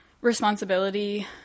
responsibility –